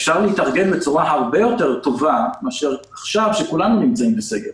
אפשר להתארגן בצורה הרבה יותר טובה מאשר עכשיו כאשר כולנו נמצאים בסגר.